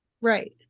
Right